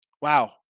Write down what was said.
wow